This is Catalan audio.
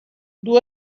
duu